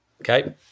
Okay